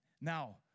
Now